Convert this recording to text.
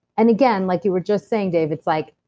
and again, like you were just saying dave, it's like,